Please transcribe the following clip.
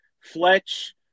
Fletch